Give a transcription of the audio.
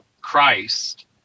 Christ